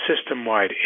system-wide